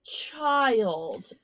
child